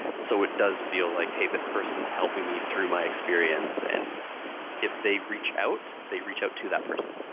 so it does feel like, hey, this person's helping me through my experience. and if they reach out they reach out to that person,